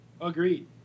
Agreed